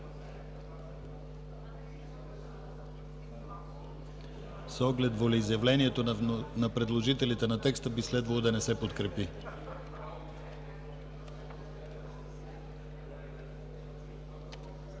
оглед волеизявлението на предложителите на текста, би следвало да не се подкрепи.